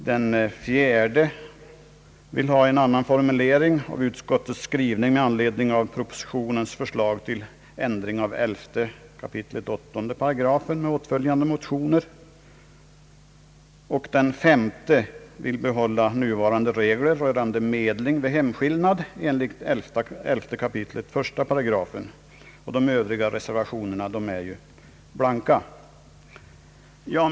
Den fjärde vill ha en annan formulering av utskottets skrivning med anledning av propositionens förslag till ändring av 11 kap. 8 § och åtföljande motioner, och den femte vill behålla nuvarande regler rörande medling vid hemskillnad enligt 11 kap. 1 §. De övriga reservationerna är blanka.